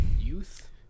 youth